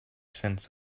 sense